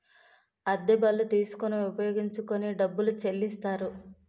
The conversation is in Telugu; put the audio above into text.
అద్దె బళ్ళు తీసుకొని ఉపయోగించుకొని డబ్బులు చెల్లిస్తారు